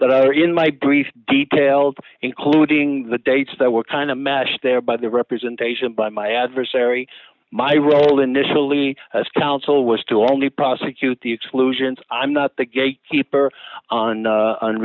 that are in my brief details including the dates that were kind of mashed there by the representation by my adversary my role initially as counsel was to only prosecute the exclusions i'm not the gate keeper